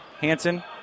Hanson